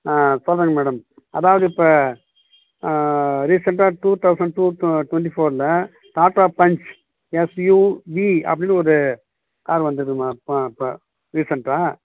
ஆ சொல்லுறங்க மேடம் அதாவது இப்போ ரீசண்ட்டாக two thousand two two twenty ஃபோரில் டாடா பஞ்ச் எஸ்யூவி அப்படினு ஒரு கார் வந்தது மேம் அப்போ ரீசண்ட்டாக